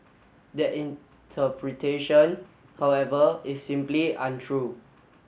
that interpretation however is simply untrue